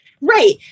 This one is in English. Right